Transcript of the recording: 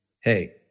hey